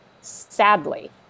sadly